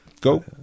go